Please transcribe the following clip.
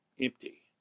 empty